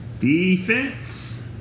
Defense